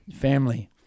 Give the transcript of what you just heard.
Family